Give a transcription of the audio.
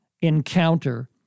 encounter